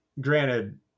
Granted